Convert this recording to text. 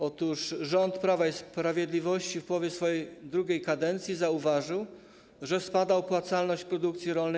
Otóż rząd Prawa i Sprawiedliwości w połowie swojej drugiej kadencji zauważył, że na wsi spada opłacalność produkcji rolnej.